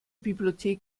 bibliothek